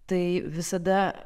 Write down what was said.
tai visada